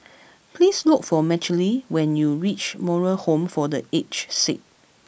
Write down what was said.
please look for Michaele when you reach Moral Home for The Aged Sick